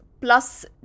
plus